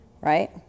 right